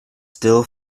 still